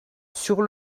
sur